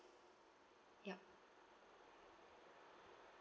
yup